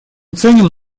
ценим